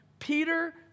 Peter